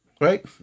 right